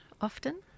often